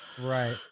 right